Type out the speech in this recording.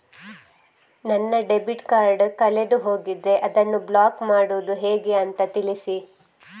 ನನ್ನ debit card ಕಳೆದು ಹೋಗಿದೆ, ಅದನ್ನು ಬ್ಲಾಕ್ ಮಾಡುವುದು ಹೇಗೆ ಅಂತ ತಿಳಿಸಿ?